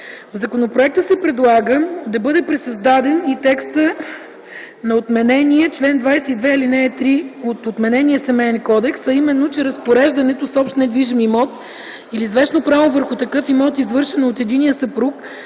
В законопроекта се предлага да бъде пресъздаден текстът на отменения чл. 22, ал. 3 от отменения Семейния кодекс, а именно че разпореждането с общ недвижим имот или с вещно право върху такъв имот, извършено от единия съпруг,